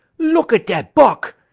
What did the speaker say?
look at dat buck.